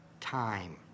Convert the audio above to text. time